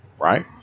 Right